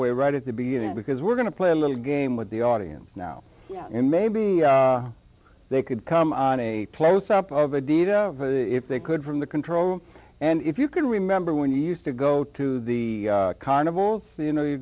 way right at the beginning because we're going to play a little game with the audience now and maybe they could come on a close up of a deed of if they could from the control room and if you can remember when you used to go to the carnival see you know you